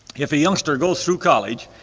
if a youngster goes through college,